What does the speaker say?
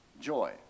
joy